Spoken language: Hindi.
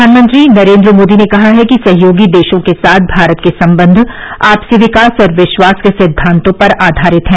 प्रधानमंत्री नरेन्द्र मोदी ने कहा है कि सहयोगी देशों के साथ भारत के संबंध आपसी विकास और विश्वास के सिद्वांतों पर आधारित हैं